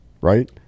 right